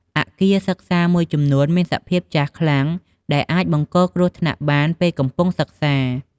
អគារសិក្សាមួយចំនួនមានសភាពចាស់ខ្លាំង ដែលអាចបង្កគ្រោះថ្នាក់បានពេលកំពុងសិក្សា។